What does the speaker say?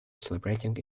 celebrating